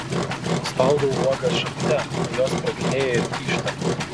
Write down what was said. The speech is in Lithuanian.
spaudau uogas šakute o jos sproginėja ir tyžta